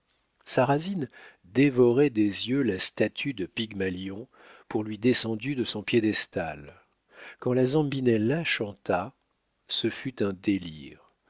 sarrasine dévorait des yeux la statue de pygmalion pour lui descendue de son piédestal quand la zambinella chanta ce fut un délire